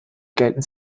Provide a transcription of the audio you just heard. gelten